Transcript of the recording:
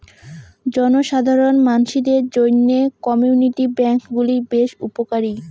জনসাধারণ মানসিদের জইন্যে কমিউনিটি ব্যাঙ্ক গুলি বেশ উপকারী